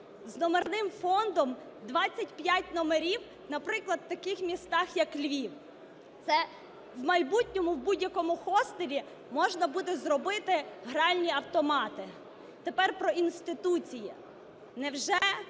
з номерним фондом 25 номерів, наприклад, в таких містах, як Львів? Це в майбутньому в будь-якому хостелі можна буде зробити гральні автомати. Тепер про інституції.